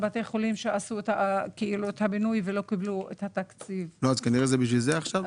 אימאן ח'טיב יאסין (רע"מ,